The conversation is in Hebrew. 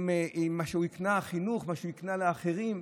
במה שהוא היקנה בחינוך, במה שהוא היקנה לאחרים.